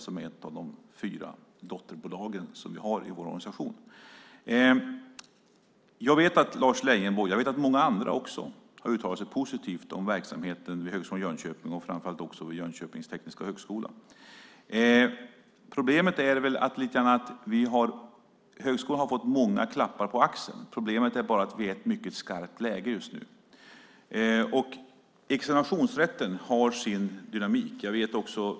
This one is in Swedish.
Det är ett av de fyra dotterbolagen i vår organisation. Jag vet att Lars Leijonborg och många andra har uttalat sig positivt om verksamheten vid Högskolan i Jönköping och vid Jönköpings tekniska högskola. Problemet är att högskolan har fått många klappar på axeln, men nu är vi i ett skarpt läge. Examinationsrätten har sin dynamik.